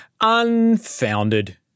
unfounded